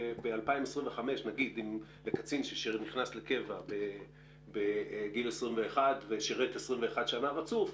אז ב-2025 לקצין שנכנס לקבע בגיל 21 ושירת 21 שנה רצוף,